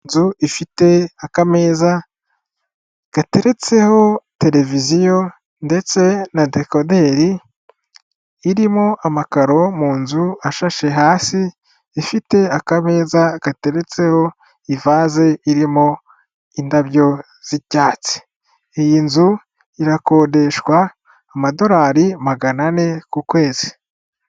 Inzu ifite akameza gateretseho televiziyo ndetse na dekoderi. Irimo amakaro mu nzu ashashe hasi, ifite akameza gateretseho ivase irimo indabyo z'icyatsi. Iyi nzu irakodeshwa amadorari magana ane ku kwezi.